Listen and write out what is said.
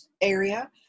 area